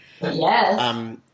Yes